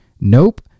Nope